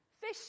fish